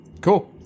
Cool